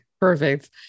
Perfect